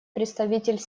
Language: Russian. представитель